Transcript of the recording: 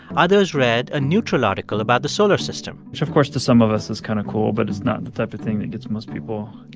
others read a neutral article about the solar system so of course, to some of us, it's kind of cool. but it's not the type of thing that gets most people, you